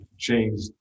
Changed